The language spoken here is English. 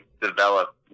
develop